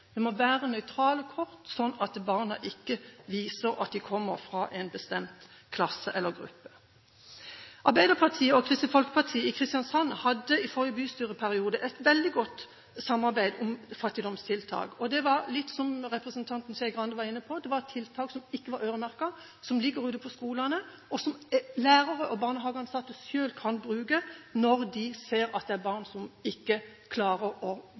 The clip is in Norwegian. Det må være nøytrale kort, sånn at barna ikke viser at de kommer fra en bestemt klasse eller gruppe. Arbeiderpartiet og Kristelig Folkeparti i Kristiansand hadde i forrige bystyreperiode et veldig godt samarbeid om fattigdomstiltak. Det var litt som representanten Skei Grande var inne på, det var tiltak som ikke var øremerket, som ligger ute på skolene, og som lærere og barnehageansatte selv kan bruke når de ser at det er barn som ikke klarer å